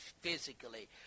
physically